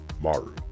Maru